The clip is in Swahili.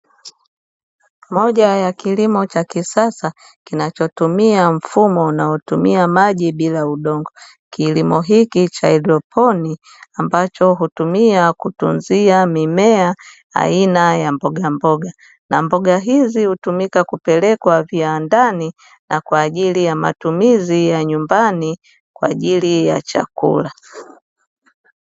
Moja ya kilimo cha kisasa, kinachotumia mfumo unaotumia maji bila udongo. Kilimo hiki cha haidroponi, ambacho hutumia kutunzia mimea aina ya mbogamboga, na mboga hizi hutumika kupelekwa viwandani na kwa ajili ya matumizi ya nyumbani kwa ajili ya chakula.